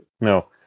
no